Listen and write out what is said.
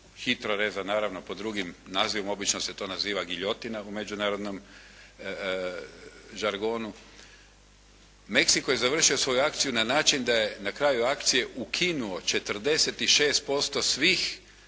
HITROReza, naravno pod drugim nazivom, obično se to naziva giljotina u međunarodnom žargonu, Mexico je završio svoju akciju na način da je na kraju akcije ukinuo 46% svih